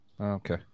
Okay